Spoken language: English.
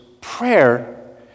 prayer